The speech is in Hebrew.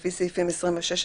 לפי סעיפים 28-26,